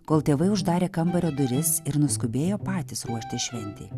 kol tėvai uždarė kambario duris ir nuskubėjo patys ruoštis šventei